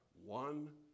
One